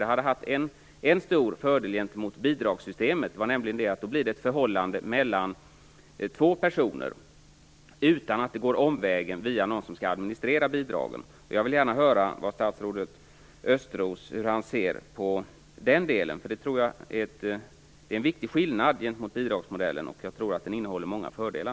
Det hade haft en stor fördel gentemot bidragssystemet, nämligen att det då blir ett förhållande mellan två personer utan omväg via någon som skall administrera bidragen. Jag vill gärna höra hur statsrådet Östros ser på den modellen. Det är en viktig skillnad gentemot bidragsmodellen, och jag tror att den innehåller många fördelar.